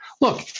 Look